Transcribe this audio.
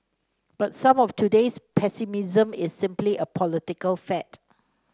but some of today's pessimism is simply a political fad